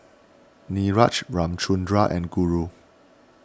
Niraj Ramchundra and Guru